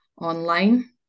online